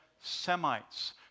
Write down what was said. Semites